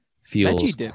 feels